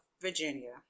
Virginia